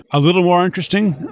a little more interesting.